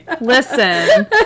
Listen